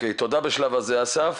תודה בשלב זה, אסף.